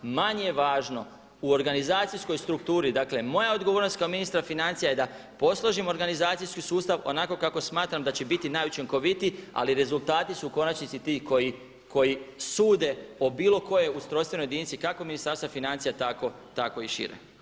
Manje je važno u organizacijskoj strukturi, dakle, moja je odgovornost kao ministra financija, da posložim organizacijski sustav onako kako smatram da će biti najučinkovitiji ali rezultati su u konačnici ti koji sude o bilo kojoj ustrojstvenoj jedinici kako Ministarstva financija tako i šire.